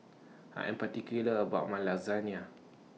I Am particular about My Lasagne